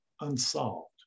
unsolved